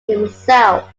himself